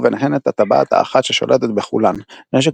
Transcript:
וביניהן את הטבעת האחת ששולטת בכולן – נשק